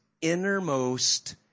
innermost